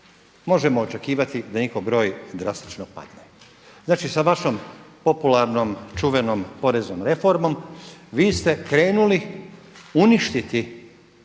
Možemo očekivati da njihov broj drastično pade. Znači sa vašom popularnom, čuvenom poreznom reformom vi ste krenuli uništiti